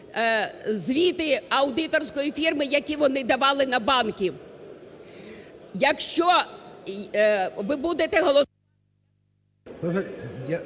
звіти аудиторської фірми, які вони давали на банки. Якщо ви будете голосувати…